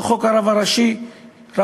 אותו חוק רב ראשי אחד,